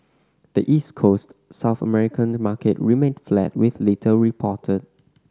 the East Coast South American market remained flat with little reported